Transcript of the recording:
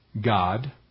God